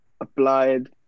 applied